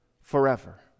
forever